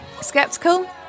Skeptical